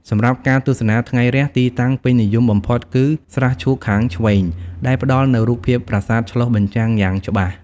សម្រាប់ការទស្សនា ថ្ងៃរះ ទីតាំងពេញនិយមបំផុតគឺ ស្រះឈូកខាងឆ្វេង ដែលផ្តល់នូវរូបភាពប្រាសាទឆ្លុះបញ្ចាំងយ៉ាងច្បាស់។